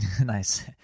Nice